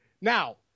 Now